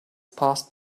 passed